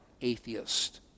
atheist